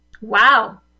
Wow